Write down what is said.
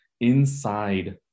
inside